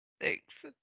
Thanks